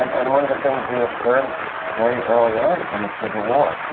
and and one of the things we learned very early on in the civil war,